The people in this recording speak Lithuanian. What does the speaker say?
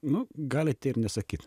nu galit ir nesakyt